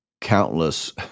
Countless